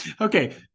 Okay